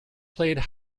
played